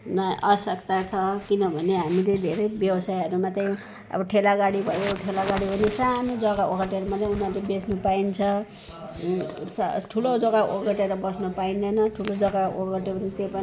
आवश्यकता छ किनभने हामीले धेरै व्यवसायहरूमा त्यही अब ठेला गाडी भयो ठेला गाडी पनि सानो जगा ओगटेर मात्रै उनीहरूले बेच्नु पाइन्छ सा ठुलो जगा ओगटेर बस्न पाइँदैन ठुलो जगा ओगट्यो भने त्यो पनि